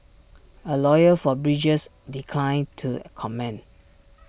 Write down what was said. A lawyer for bridges declined to comment